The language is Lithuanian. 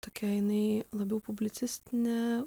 tokia jinai labiau publicistinė